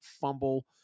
fumble